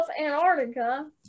antarctica